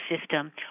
system